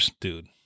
Dude